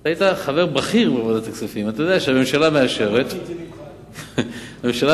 אתה יודע שהממשלה מאשרת למדתי את זה ממך, אדוני.